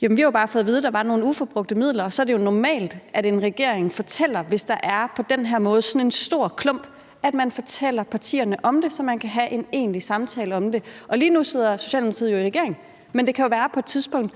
Vi har bare fået at vide, at der var nogle uforbrugte midler, og så er det jo normalt, at en regering, hvis der på den her måde er sådan en stor klump, fortæller partierne om det, så man kan have en egentlig samtale om det. Lige nu sidder Socialdemokratiet i regering, men det kan jo være, at